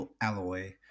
alloy